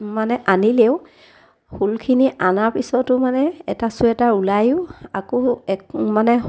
মানে আনিলেও ঊলখিনি অনাৰ পিছতো মানে এটা চুৱেটাৰ ওলায়ো আকৌ এক মানে